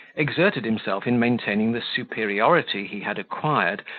exerted himself in maintaining the superiority he had acquired,